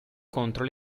contro